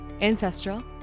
ancestral